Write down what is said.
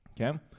Okay